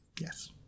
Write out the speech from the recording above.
Yes